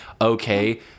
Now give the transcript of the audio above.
okay